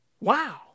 Wow